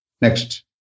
Next